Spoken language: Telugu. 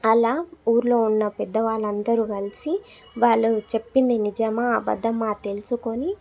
అలా ఊర్లో ఉన్న పెద్ద వాళ్ళందరూ కలిసి వాళ్ళు చెప్పింది నిజమా అబద్దమా తెలుసుకొని